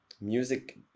music